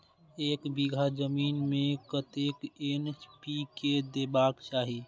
एक बिघा जमीन में कतेक एन.पी.के देबाक चाही?